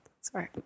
Sorry